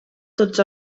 tots